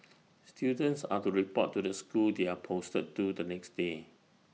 students are to report to the school they are posted to the next day